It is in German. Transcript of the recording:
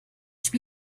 spiel